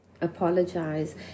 apologize